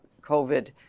COVID